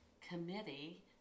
committee